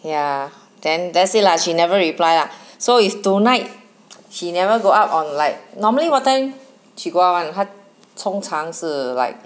ya then that's it lah then she never reply lah so if tonight she never go up on like normally what time she go out [one] 她通常是 like